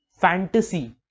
fantasy